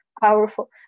powerful